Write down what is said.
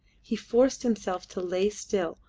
he forced himself to lay still,